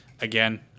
Again